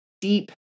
deep